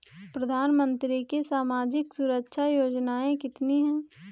प्रधानमंत्री की सामाजिक सुरक्षा योजनाएँ कितनी हैं?